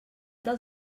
del